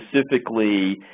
specifically